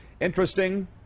Interesting